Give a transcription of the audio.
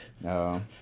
No